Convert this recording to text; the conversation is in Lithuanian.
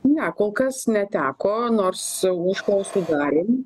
ne kol kas neteko nors užklausų galim